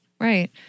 right